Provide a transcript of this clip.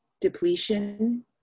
depletion